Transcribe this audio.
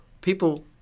people